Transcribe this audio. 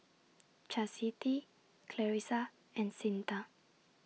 Chasity Clarissa and Cyntha